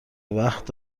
وقت